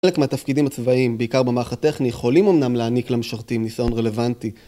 חלק מהתפקידים הצבאיים, בעיקר במערך הטכני, יכולים אמנם להעניק למשרתים ניסיון רלוונטי